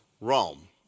Rome